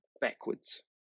backwards